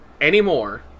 anymore